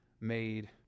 made